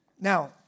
Now